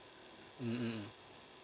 mm